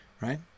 Right